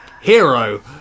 Hero